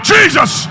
Jesus